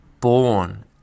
born